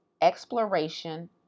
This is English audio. exploration